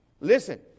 Listen